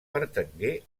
pertangué